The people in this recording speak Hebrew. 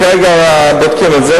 כרגע בודקים את זה,